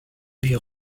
les